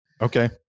Okay